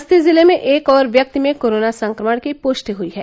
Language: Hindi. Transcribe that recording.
बस्ती जिले में एक और व्यक्ति में कोरोना संक्रमण की पुष्टि हुई है